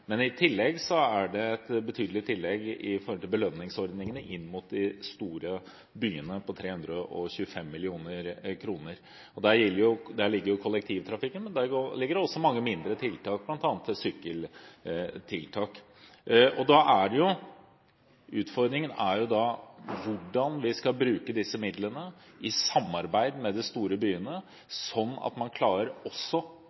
Men det er også et betydelig tillegg når det gjelder belønningsordningene inn mot de store byene, på 325 mill. kr. Der ligger jo kollektivtrafikken, men der ligger det også mange mindre tiltak, bl.a. sykkeltiltak. Da er utfordringen hvordan vi skal bruke disse midlene i samarbeid med de store byene, sånn at man klarer, også